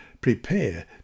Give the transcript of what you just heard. Prepare